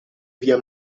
via